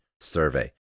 survey